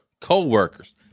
co-workers